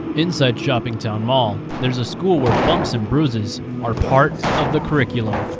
inside shoppingtown mall there's a school where bumps and bruises are part of the curriculum.